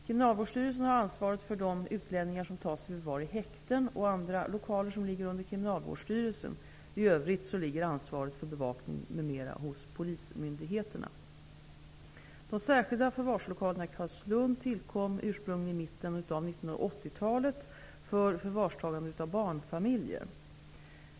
Kriminalvårdsstyrelsen har ansvaret för de utlänningar som tas i förvar i häkten och andra lokaler som ligger under Kriminalvårdsstyrelsen. I övrigt ligger ansvaret för bevakning m.m. hos polismyndigheterna. De särskilda förvarslokalerna i Carlslund tillkom ursprungligen i mitten av 1980-talet för förvarstagande av barnfamiljer.